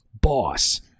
boss